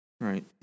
Right